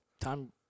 Time